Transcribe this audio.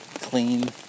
clean